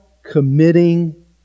Committing